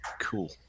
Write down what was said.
Cool